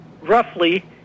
roughly